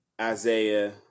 Isaiah